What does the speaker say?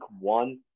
one